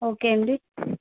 okay అండి